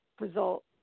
result